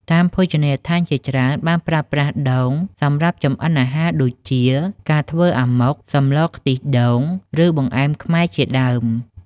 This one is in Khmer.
តាមភោជនីយដ្ឋានជាច្រើនបានប្រើប្រាស់ដូងសម្រាប់ចម្អិនអាហារដូចជា ការធ្វើអាម៉ុក សម្លរខ្ទិះដូង ឬបង្អែមខ្មែរជាដើម។